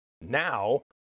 now